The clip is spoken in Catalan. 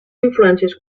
influències